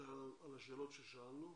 ותשובות לשאלות ששאלנו.